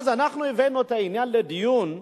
אז אנחנו הבאנו את העניין לדיון,